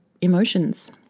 emotions